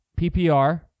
PPR